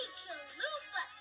chalupa